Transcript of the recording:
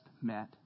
met